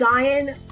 Diane